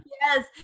Yes